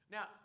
Now